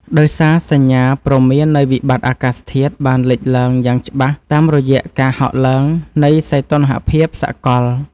ដោយសារសញ្ញាព្រមាននៃវិបត្តិអាកាសធាតុបានលេចឡើងយ៉ាងច្បាស់តាមរយៈការហក់ឡើងនៃសីតុណ្ហភាពសកល។